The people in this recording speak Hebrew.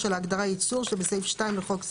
(3) של ההגדרה "ייצור" שבסעיף 2 לחוק זה,